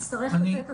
ויצטרך לתת את